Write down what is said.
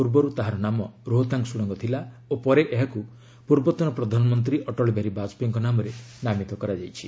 ପୂର୍ବରୁ ଏହାର ନାମ ରୋହତାଙ୍ଗ୍ ସୁଡ଼ଙ୍ଗ ଥିଲା ଓ ପରେ ଏହାକୁ ପୂର୍ବତନ ପ୍ରଧାନମନ୍ତ୍ରୀ ଅଟଳ ବିହାରୀ ବାଜପେୟୀଙ୍କ ନାମରେ ନାମିତ କରାଯାଇଛି